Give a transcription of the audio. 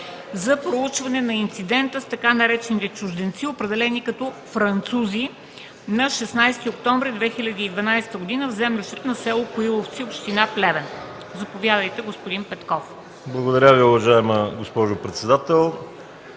за проучване на инцидента с така наречените чужденци, определени като французи, на 16 октомври 2012 г. в землището на село Коиловци, община Плевен. Заповядайте, господин Петков. РУМЕН ПЕТКОВ (КБ): Благодаря Ви, уважаема госпожо председател.